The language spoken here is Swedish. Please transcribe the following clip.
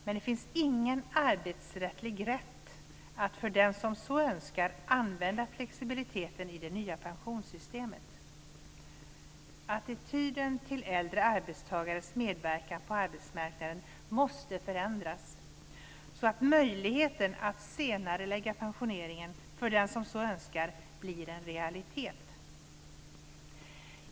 Men det finns ingen arbetsrättslig rätt att för den som så önskar använda flexibiliteten i det nya pensionssystemet. Attityden till äldre arbetstagares medverkan på arbetsmarknaden måste förändras, så att möjligheten att senarelägga pensioneringen, för den som så önskar, blir en realitet.